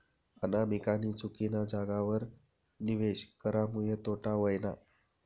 अनामिकानी चुकीना जागावर निवेश करामुये तोटा व्हयना